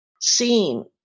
seen